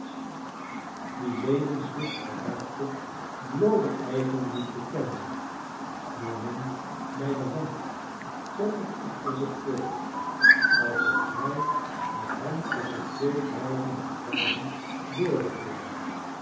die lewins licht geraakte bloode eigenliefde kende nam hem bij de hand trok hem achter zich voort alsof hij met hem tusschen twee dreigende gevaren